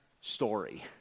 story